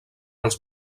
els